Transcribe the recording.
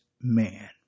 man